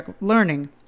learning